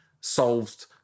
solved